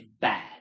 bad